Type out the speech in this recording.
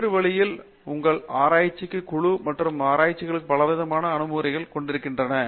வேறு வழியில் உங்கள் ஆராய்ச்சிக் குழு மற்ற ஆராய்ச்சிகளுக்கு பலவிதமான அணுகுமுறைகளைக் கொண்டிருக்கிறது